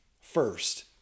first